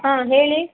ಹಾಂ ಹೇಳಿ